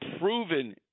proven